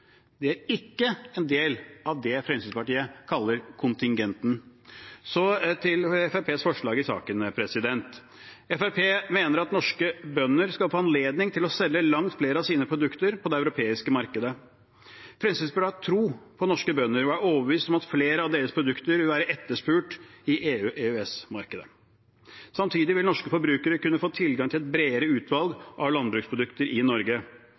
Det er ikke en del av det som Fremskrittspartiet kaller kontingenten. Så til Fremskrittspartiets forslag i saken: Fremskrittspartiet mener at norske bønder skal få anledning til å selge langt flere av sine produkter på det europeiske markedet. Fremskrittspartiet har tro på norske bønder og er overbevist om at flere av deres produkter vil være etterspurt i EU/EØS-markedet. Samtidig vil norske forbrukere kunne få tilgang til et bredere utvalg av landbruksprodukter i Norge.